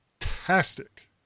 fantastic